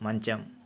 మంచం